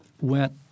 went